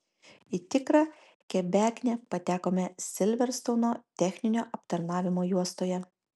į tikrą kebeknę patekome silverstouno techninio aptarnavimo juostoje